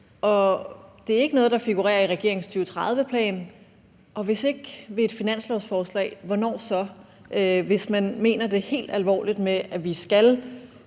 Det er ikke noget, der figurerer i regeringens 2030-plan. Hvis ikke ved et finanslovsforslag, hvornår så, hvis man mener det helt alvorligt med, at vi skal